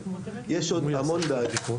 יש עוד המון בעיות.